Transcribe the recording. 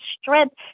strength